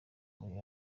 muri